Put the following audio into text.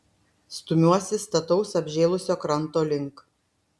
stumiuosi stataus apžėlusio kranto link